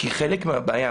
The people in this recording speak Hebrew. כי חלק מהבעיה,